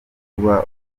kuba